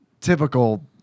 typical